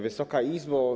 Wysoka Izbo!